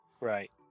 Right